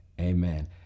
Amen